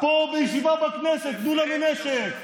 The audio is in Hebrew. פה בישיבה בכנסת: תנו לנו נשק.